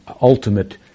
ultimate